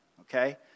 okay